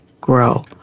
grow